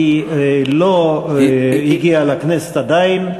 עדיין לא הגיעה לכנסת.